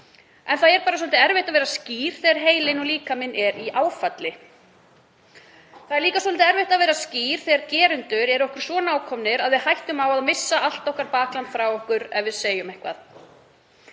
En það er bara svolítið erfitt að vera skýr þegar heilinn og líkaminn er í áfalli. Það er líka svolítið erfitt að vera skýr þegar gerendur eru okkur svo nákomnir að við hættum á að missa allt okkar bakland frá okkur ef við segjum eitthvað